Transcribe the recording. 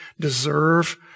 deserve